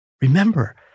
Remember